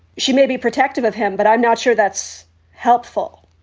she may be protective of him, but i'm not sure that's helpful.